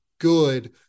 good